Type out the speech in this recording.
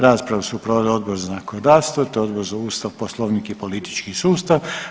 Raspravu su proveli Odbor za zakonodavstvo te Odbor za Ustav, Poslovnik i politički sustav.